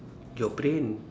your brain